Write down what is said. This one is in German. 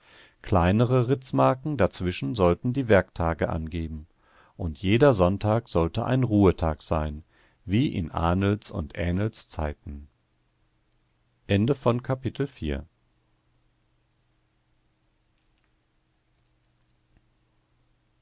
kleinere ritzmarken dazwischen sollten die werktage angeben und jeder sonntag sollte ein ruhetag sein wie in ahnls und ähnls zeiten